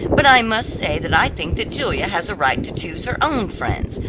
but i must say that i think that julia has a right to choose her own friends.